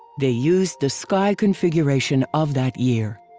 they used the sky configuration of that year.